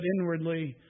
inwardly